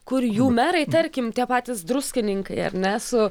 kur jų merai tarkim tie patys druskininkai ar ne su